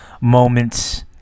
moments